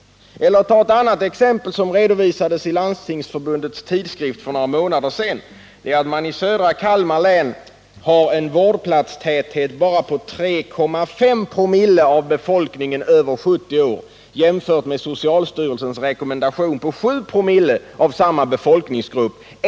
Vi kan ta ett annat exempel, som redovisades i Landstingsförbundets tidskrift för några månader sedan. Södra Kalmar län har en vårdplatstäthet på bara 3,5 ” voav samma befolkningsgrupp.